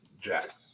Jack